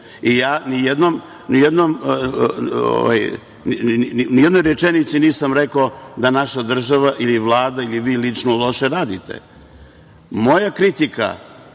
u nijednoj rečenici nisam rekao da naša država ili Vlada ili vi lično loše radite. Moja kritika